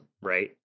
right